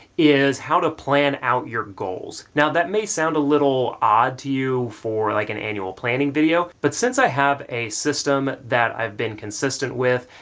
is how to plan out your goals. now that may sound a little odd to you for like an annual planning video, but since i have a system that i've been consistent with,